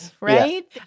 Right